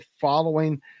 following